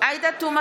עאידה תומא